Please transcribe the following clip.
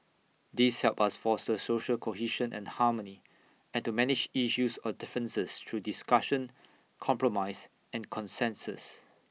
these help us foster social cohesion and harmony and to manage issues or differences through discussion compromise and consensus